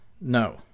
no